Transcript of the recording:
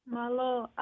Malo